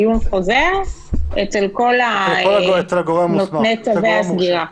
לעיון חוזר, אצל כל נותני צווי הסגירה.